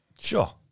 Sure